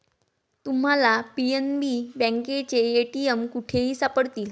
तुम्हाला पी.एन.बी बँकेचे ए.टी.एम कुठेही सापडतील